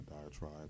diatribe